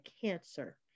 cancer